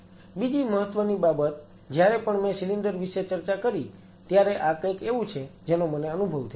બીજી મહત્વની બાબત જ્યારે પણ મેં સિલિન્ડર વિશે ચર્ચા કરી ત્યારે આ કંઈક એવું છે જેનો મને અનુભવ થયો છે